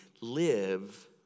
live